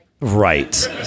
right